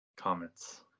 comments